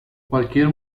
cualquier